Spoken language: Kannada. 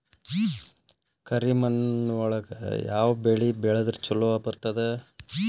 ಕರಿಮಣ್ಣೊಳಗ ಯಾವ ಬೆಳಿ ಬೆಳದ್ರ ಛಲೋ ಬರ್ತದ?